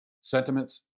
sentiments